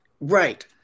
Right